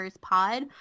Pod